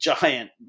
giant